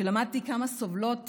כשלמדתי כמה סובלות